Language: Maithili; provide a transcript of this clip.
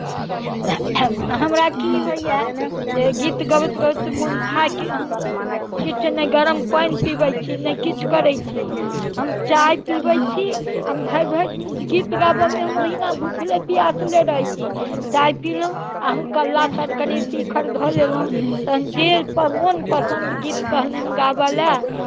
हमरा कि होइए जे गीत गबैत गबैत मोन थाकि हम किछु नहि गरम पानि पीबैत छी नहि किछु करैत छी हम चाह पीबैत छी आ भरि भरि गीत गाबैमे हम ओहिना भुखले पियासले रहैत छी चाह पीलहुँ आ हम कल्ला तर कनि शिखर धऽ लेलहुँ तखन जे मनपसन्द गीत कहलनि गाबय लेल